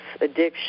addiction